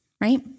right